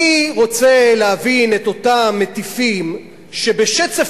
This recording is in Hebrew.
אני רוצה להבין את אותם מטיפים שבשצף